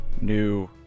New